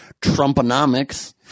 Trumponomics